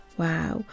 Wow